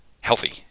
healthy